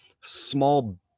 small